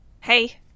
Hey